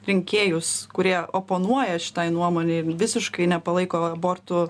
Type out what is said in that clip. rinkėjus kurie oponuoja šitai nuomonei visiškai nepalaiko abortų